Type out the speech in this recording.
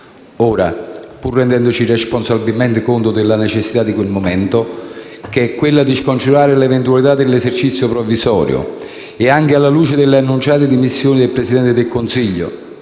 Ora, pur rendendoci responsabilmente conto della necessità del momento (che è quella di scongiurare l'eventualità dell'esercizio provvisorio) e anche alla luce delle annunciate dimissioni del Presidente del Consiglio,